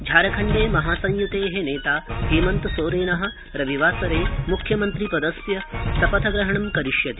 झारखण्डे महासंयुते नेता हेमन्तसोरेन रविवासरे मुख्यमन्त्रित्वेन शपथवचनं स्वीकरिष्यति